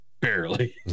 Barely